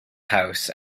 house